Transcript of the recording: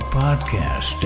podcast